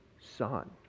Son